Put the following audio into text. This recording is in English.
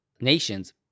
nations